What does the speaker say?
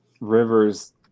rivers